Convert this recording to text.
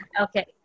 Okay